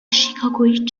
شیکاگویی